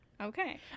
Okay